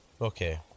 Okay